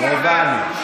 הבנו.